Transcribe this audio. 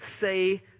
say